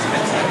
גברתי.